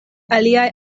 aliaj